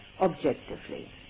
objectively